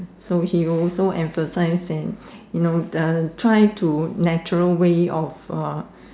so he also emphasise that you know the try to natural way of uh